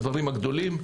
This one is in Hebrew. הדברים הגדולים.